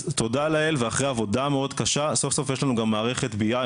אז תודה לאל ואחרי עבודה מאוד קשה סוף סוף יש לנו גם מערכת BI,